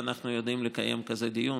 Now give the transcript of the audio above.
ואנחנו יכולים לקיים כזה דיון,